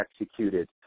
executed